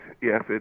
yes